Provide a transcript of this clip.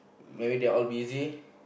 maybe they're all busy